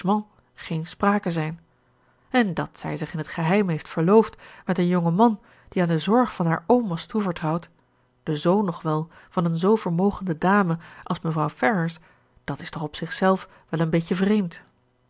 geen sprake zijn en dat zij zich in t geheim heeft verloofd met een jongen man die aan de zorg van haar oom was toevertrouwd den zoon nog wel van een zoo vermogende dame als mevrouw ferrars dat is toch op zich zelf wel een beetje vreemd